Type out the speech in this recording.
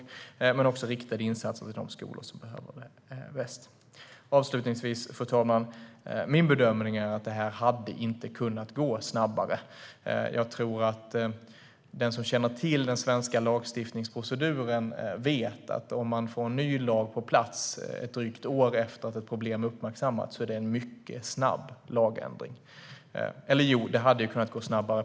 Det handlar också om riktade insatser till de skolor som behöver det bäst. Fru talman! Avslutningsvis är min bedömning att det inte hade kunnat gå snabbare. Den som känner till den svenska lagstiftningsproceduren vet att om man får en ny lag på plats ett drygt år efter att ett problem är uppmärksammat är det en mycket snabb lagändring. Det hade på ett sätt kunnat gå snabbare.